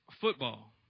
football